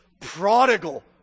prodigal